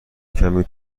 کمی